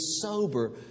sober